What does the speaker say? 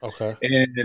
okay